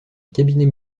cabinet